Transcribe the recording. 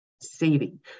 saving